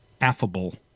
affable